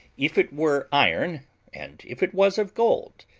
if it were iron and if it was of gold,